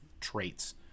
traits